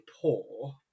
poor